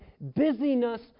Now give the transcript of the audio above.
busyness